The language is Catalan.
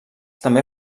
també